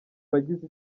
bagize